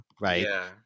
right